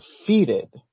defeated